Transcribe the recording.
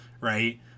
right